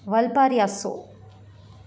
વાલપારિયા સો